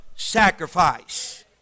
sacrifice